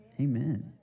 amen